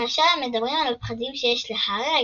כאשר הם מדברים על פחדים שיש להארי,